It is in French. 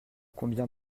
combien